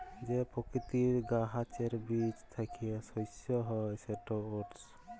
যে পকিতির গাহাচের বীজ থ্যাইকে শস্য হ্যয় সেট ওটস